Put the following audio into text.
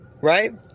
right